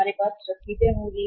हमारे पास रसीदें होंगी